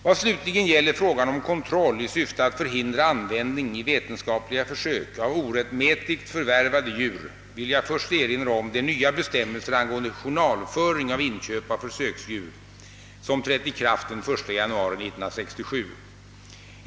Vad slutligen gäller frågan om kontroll i syfte att förhindra användning i vetenskapliga försök av orättmätigt förvärvade djur vill jag först erinra om de nya bestämmelser angående journalföring av inköp av försöksdjur, som trätt i kraft den 1 januari 1967.